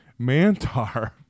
Mantar